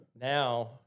Now